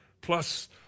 Plus